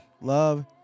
Love